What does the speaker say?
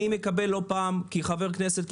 כחבר כנסת,